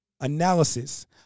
analysis